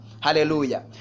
Hallelujah